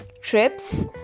trips